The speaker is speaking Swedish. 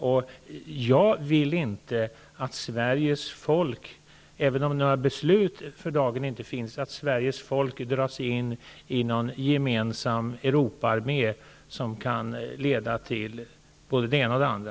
Även om det inte finns några beslut för dagen, vill jag inte att Sveriges folk skall dras in i en gemensam Europaarmé som kan leda till både det ena och det andra.